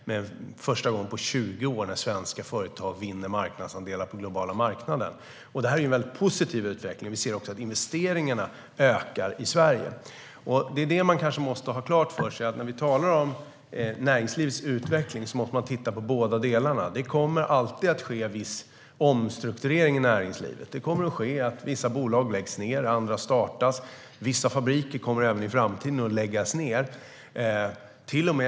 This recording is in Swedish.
Det är första gången på 20 år som svenska företag vinner marknadsandelar på den globala marknaden. Det här är en väldigt positiv utveckling. Vi ser också att investeringarna ökar i Sverige. Det är detta som man måste ha klart för sig. När man talar om näringslivets utveckling måste man titta på båda delarna. Det kommer alltid att ske en viss omstrukturering i näringslivet. Vissa bolag kommer att läggas ned och andra startas. Vissa fabriker kommer även i framtiden att läggas ned.